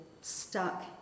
stuck